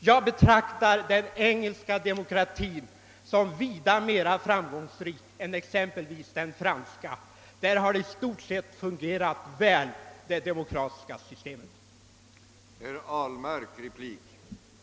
Jag betraktar den engelska demokratin som vida mer framgångsrik än exempelvis den franska. I England har det demokratiska systemet i stort sett fungerat väl.